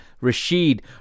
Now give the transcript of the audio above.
Rashid